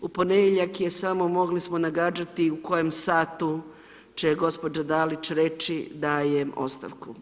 U ponedjeljak je samo mogli smo nagađati u kojem satu će gospođa Dalić reći, dajem ostavku.